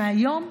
היום,